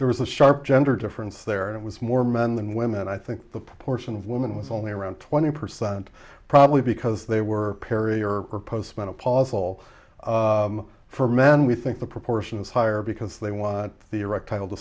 there was a sharp gender difference there and it was more men than women i think the proportion of women was only around twenty percent probably because they were period or post menopausal for men we think the proportion is higher because they want the erectile